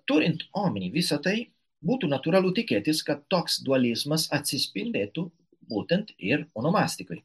turint omenyje visa tai būtų natūralu tikėtis kad toks dualizmas atsispindėtų būtent ir onomastikoj